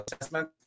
assessment